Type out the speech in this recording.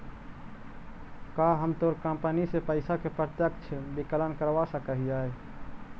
का हम तोर कंपनी से पइसा के प्रत्यक्ष विकलन करवा सकऽ हिअ?